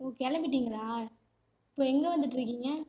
ஓ கிளம்பிட்டீங்களா இப்போ எங்கே வந்துட்டு இருக்கீங்கள்